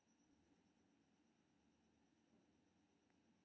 daffodil तुरही अथवा पिपही सनक फूल के पौधा होइ छै